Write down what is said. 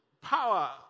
power